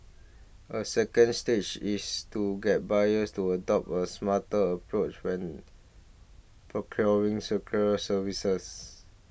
a second stage is to get buyers to adopt a smarter approach when procuring secure services